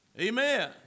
Amen